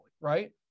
right